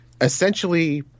Essentially